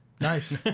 Nice